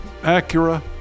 Acura